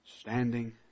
standing